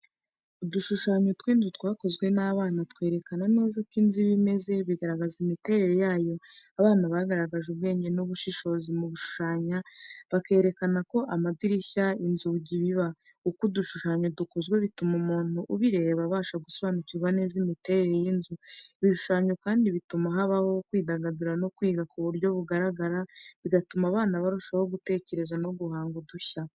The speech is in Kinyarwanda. Udushushanyo tw’inzu twakozwe n’abana twerekana neza uko inzu iba imeze, bigaragaza imiterere yayo. Abana bagaragaje ubwenge n’ubushishozi mu gushushanya, bakerekana aho amadirishya, inzugi biba. Uko udushushanyo dukozwe, bituma umuntu ubireba abasha gusobanukirwa neza imiterere y’inzu. Ibi bishushanyo kandi bituma habaho kwidagadura no kwiga mu buryo bwo kugaragaza ibyo biga mu buryo bw’ubugeni n’ubwenge, bigatuma abana barushaho gutekereza no guhanga udushya.